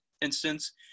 instance